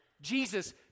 Jesus